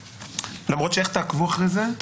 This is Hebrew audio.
למרות שאיך תעקבו אחרי זה?